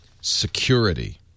SECURITY